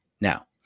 Now